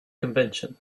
convention